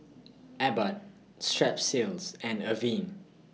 Abbott Strepsils and Avene